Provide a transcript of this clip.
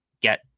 get